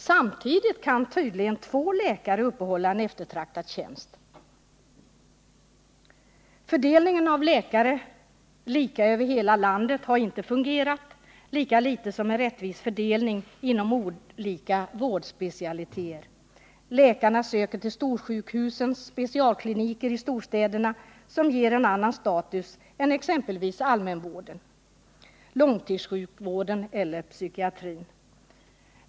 Samtidigt kan tydligen en eftertraktad tjänst uppehålla två läkare. Fördelningen av läkare lika över hela landet har inte fungerat. Inte heller har man fått en rättvis fördelning inom olika vårdspecialiteter. Läkare söker till storsjukhusens specialkliniker i storstäderna, som ger en annan status än exempelvis allmänvården, långtidssjukvården eller psykiatrin.